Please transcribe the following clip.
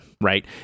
right